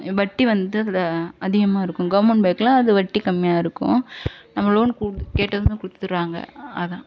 வட்டி வந்து அதில் அதிகமா இருக்கும் கவர்மெண்ட் பேங்கில் அது வட்டி கம்மியாக இருக்கும் நம்ம லோன் கேட்டதுமே கொடுத்துறாங்க அதான்